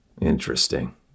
Interesting